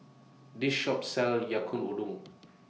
This Shop sells Yaki Udon